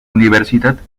universidad